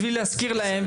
בשביל להזכיר להם.